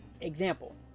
example